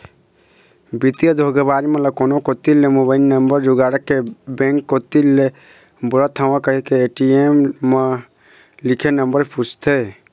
बित्तीय धोखेबाज मन कोनो कोती ले मोबईल नंबर जुगाड़ के बेंक कोती ले बोलत हव कहिके ए.टी.एम म लिखे नंबर पूछथे